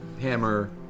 Hammer